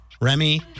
Remy